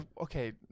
okay